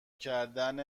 کردن